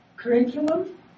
curriculum